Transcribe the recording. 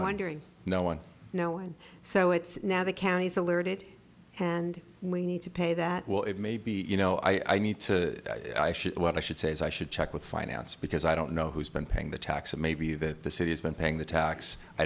wondering no one knowing so it's now the counties alerted and we need to pay that will it may be you know i need to what i should say is i should check with finance because i don't know who's been paying the taxes maybe that the city has been paying the tax i